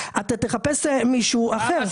תחפש מישהו אחר".